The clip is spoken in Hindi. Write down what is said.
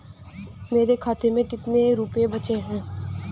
मेरे खाते में कितने रुपये बचे हैं?